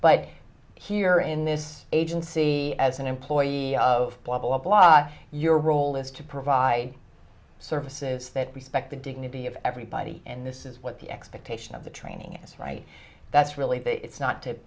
but here in this agency as an employee of blah blah blah your role is to provide services that respect the dignity of everybody and this is what the expectation of the training is right that's really it's not to